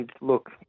look